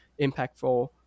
impactful